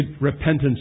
Repentance